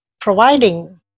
providing